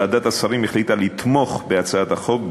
ועדת השרים החליטה לתמוך בהצעת החוק,